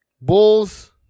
Bulls